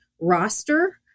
roster